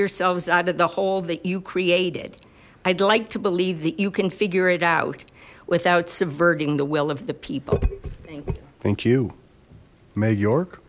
yourselves out of the hole that you created i'd like to believe that you can figure it out without subverting the will of the people thank you may york